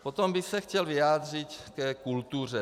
Potom bych se chtěl vyjádřit ke kultuře.